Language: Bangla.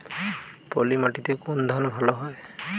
পলিমাটিতে কোন ধান ভালো হয়?